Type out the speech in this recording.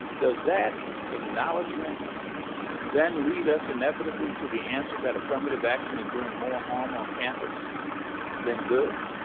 does that acknowledgment then lead us inevitably to the answer that affirmative action is doing more harm on campus than good?